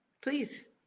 Please